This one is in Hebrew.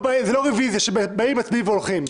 זה לא רוויזיה, שבאים, מצביעים והולכים.